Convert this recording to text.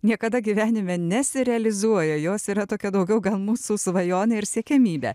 niekada gyvenime nesirealizuoja jos yra tokia daugiau gal mūsų svajonė ir siekiamybė